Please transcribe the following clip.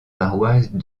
paroisses